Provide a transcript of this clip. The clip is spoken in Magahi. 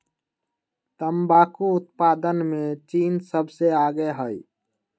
तंबाकू उत्पादन में चीन सबसे आगे हई